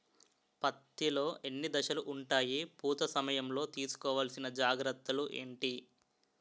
పత్తి లో ఎన్ని దశలు ఉంటాయి? పూత సమయం లో తీసుకోవల్సిన జాగ్రత్తలు ఏంటి?